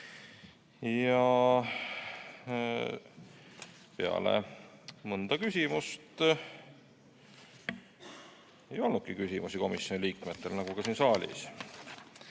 peale mõnda küsimust ... Ei olnudki küsimusi komisjoni liikmetel, nagu ka siin saalis.